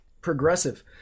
progressive